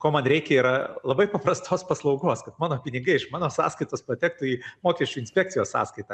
ko man reikia yra labai paprastos paslaugos kad mano pinigai iš mano sąskaitos patektų į mokesčių inspekcijos sąskaitą